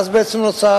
ואז נוצר,